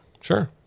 Sure